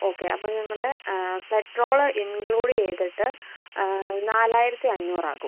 okay അപ്പം നമ്മുടെ petrol include ചെയ്തിട്ട് നാലായിരത്തി അഞ്ഞൂറാകും